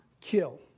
kill